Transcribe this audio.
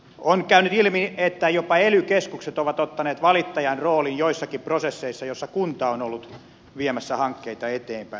on käynyt ilmi että jopa ely keskukset ovat ottaneet valittajan roolin joissakin prosesseissa joissa kunta on ollut viemässä hankkeita eteenpäin